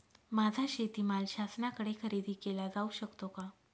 माझा शेतीमाल शासनाकडे खरेदी केला जाऊ शकतो का?